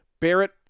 Barrett